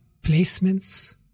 placements